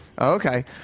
Okay